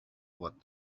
what